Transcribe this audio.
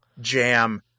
jam